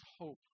hope